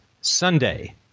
Sunday